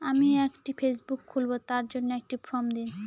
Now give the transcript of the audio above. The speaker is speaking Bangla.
আমি একটি ফেসবুক খুলব তার জন্য একটি ফ্রম দিন?